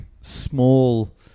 small